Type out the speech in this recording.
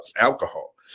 alcohol